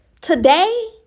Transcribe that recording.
Today